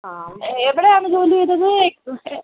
ആ എ എവിടെയാണ് ജോലി ചെയ്തത്